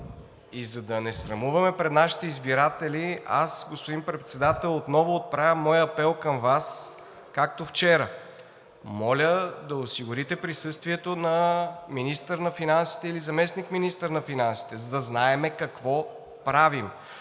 и за да не се срамуваме пред нашите избиратели, аз, господин Председател, отново отравям моя апел към Вас, както вчера. Моля да осигурите присъствието на министъра на финансите или заместник-министър на финансите, за да знаем какво правим,